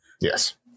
yes